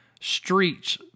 streets